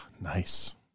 Nice